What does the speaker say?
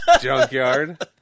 Junkyard